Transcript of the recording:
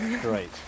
Great